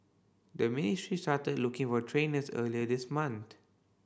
the ministry started looking for trainers earlier this month